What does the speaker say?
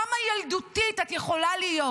כמה ילדותית את יכולה להיות?